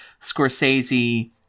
Scorsese